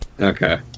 okay